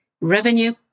revenue